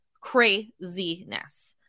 craziness